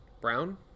Brown